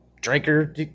drinker